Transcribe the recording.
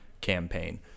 campaign